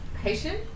patient